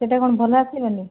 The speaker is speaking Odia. ସେଇଟା କ'ଣ ଭଲ ଆସିବନି